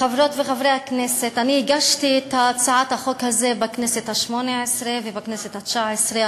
אני הגשתי את הצעת החוק הזו בכנסת השמונה-עשרה ובכנסת התשע-עשרה.